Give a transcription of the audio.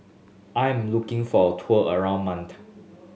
I'm looking for a tour around Malta